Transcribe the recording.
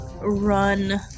Run